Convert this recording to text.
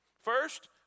First